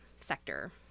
sector